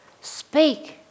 speak